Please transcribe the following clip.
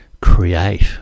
create